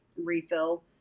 refill